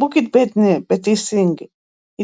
būkit biedni bet teisingi